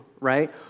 right